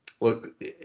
look